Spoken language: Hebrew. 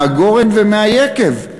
מהגורן ומהיקב,